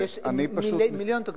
יש מיליון תקדימים.